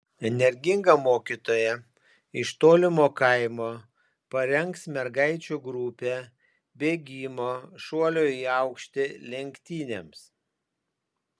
energinga mokytoja iš tolimo kaimo parengs mergaičių grupę bėgimo šuolio į aukštį lenktynėms